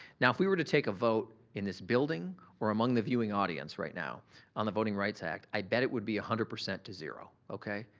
now, if we were to take a vote in this building or among the viewing audience right now on the voting rights act, i bet it would be one hundred percent to zero, okay?